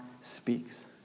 speaks